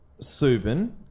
Subin